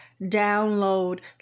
download